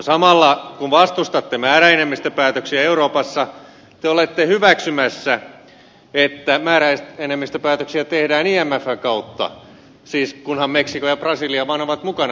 samalla kun vastustatte määräenemmistöpäätöksiä euroopassa te olette hyväksymässä että määräenemmistöpäätöksiä tehdään imfn kautta siis kunhan meksiko ja brasilia vaan ovat mukana päättämässä